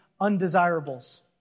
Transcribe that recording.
undesirables